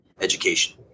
education